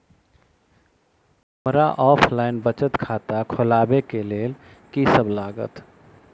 हमरा ऑफलाइन बचत खाता खोलाबै केँ लेल की सब लागत?